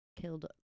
killed